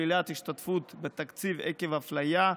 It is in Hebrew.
שלילת השתתפות בתקציב עקב אפליה),